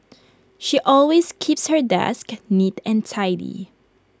she always keeps her desk neat and tidy